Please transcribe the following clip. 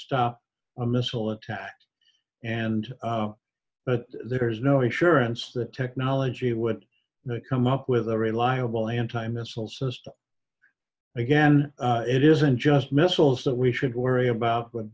stop a missile attack and but there's no assurance that technology would come up with a reliable anti missile system again it isn't just missiles that we should worry about